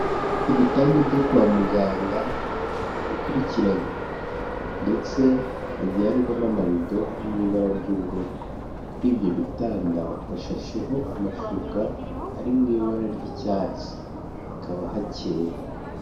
Ibitanda byo kwa muganga bikurikiranye ndetse hagiye hariho n'amarido ari mu ibara ry'ubururu, kuri ibyo bitanda hashasheho amashuka ari mu ibara ry'icyatsi, hakaba hakeye.